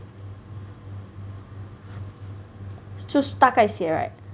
就是大概写 right